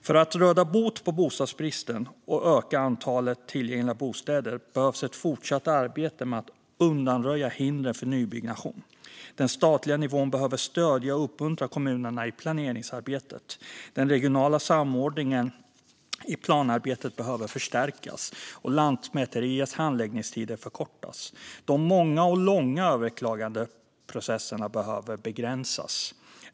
För att råda bot på bostadsbristen och öka antalet tillgängliga bostäder behövs ett fortsatt arbete med att undanröja hindren för nybyggnation. Den statliga nivån behöver stödja och uppmuntra kommunerna i planeringsarbetet. Den regionala samordningen i planarbetet behöver förstärkas och Lantmäteriets handläggningstider förkortas. De många och långa överklagandeprocesserna behöver begränsas.